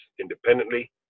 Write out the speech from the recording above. independently